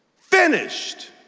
finished